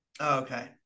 Okay